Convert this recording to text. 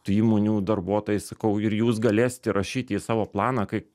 tų įmonių darbuotojais sakau ir jūs galėsit įrašyti į savo planą kai